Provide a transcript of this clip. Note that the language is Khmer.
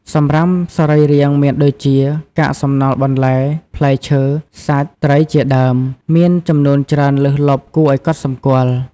សំរាមសរីរាង្គមានដូចជា កាកសំណល់បន្លែ ផ្លែឈើ សាច់ ត្រី ជាដើម មានចំនួនច្រើនលើសលប់គួរឱ្យកត់សម្គាល់។